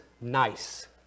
nice